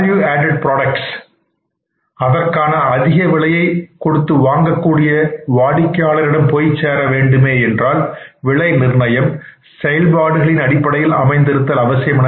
மதிப்பு கூட்டப்பட்ட பொருள் அதற்கான அதிக விலையை கொடுத்து வாங்க கூடிய வாடிக்கையாளரிடம் போய்ச்சேர வேண்டும் என்றால் விலை நிர்ணயம் செயல்பாடுகளின் அடிப்படையில் அமைந்திருத்தல் அவசியம்